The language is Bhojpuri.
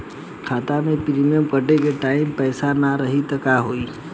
खाता मे प्रीमियम कटे के टाइम पैसा ना रही त का होई?